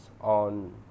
on